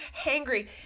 hangry